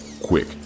quick